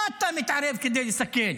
מה אתה מתערב כדי לסכל?